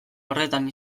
horretan